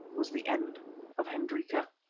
was the end of hendrika.